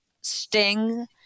sting